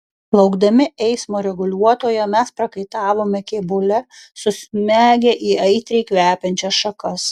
laukdami eismo reguliuotojo mes prakaitavome kėbule susmegę į aitriai kvepiančias šakas